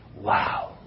wow